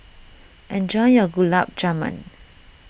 enjoy your Gulab Jamun